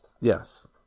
Yes